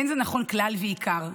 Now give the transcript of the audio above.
אין זה נכון כלל ועיקר.